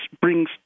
brings